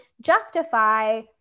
justify